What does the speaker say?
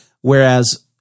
Whereas